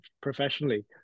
professionally